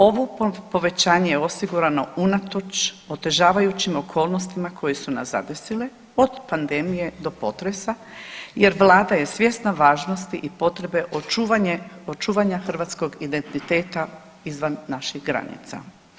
Ovo povećanje osigurano je unatoč otežavajućim okolnostima koje su nas zadesile od pandemije do potresa, jer Vlada je svjesna važnosti i potrebe očuvanja hrvatskog identiteta izvan naših granica.